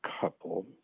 couple